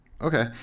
Okay